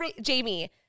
Jamie